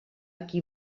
qui